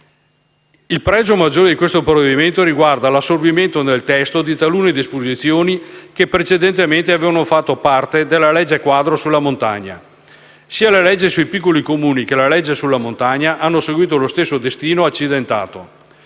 Il pregio maggiore di questo provvedimento riguarda l'assorbimento nel testo di talune disposizioni che precedentemente avevano fatto parte della legge quadro sulla montagna. Sia la legge sui piccoli Comuni che la legge sulla montagna hanno seguito stesso destino accidentato.